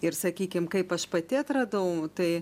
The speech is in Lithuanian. ir sakykime kaip aš pati atradau tai